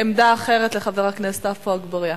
עמדה אחרת לחבר הכנסת עפו אגבאריה.